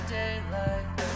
daylight